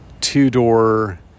two-door